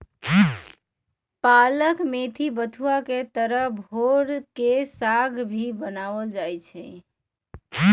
पालक मेथी बथुआ के तरह भोर के साग भी बनावल जाहई